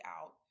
out